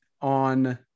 on